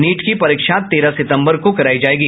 NEET की परीक्षा तेरह सितम्बर को करायी जायेगी